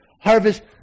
harvest